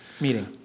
meeting